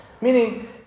Meaning